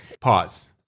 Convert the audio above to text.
pause